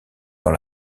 dans